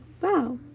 wow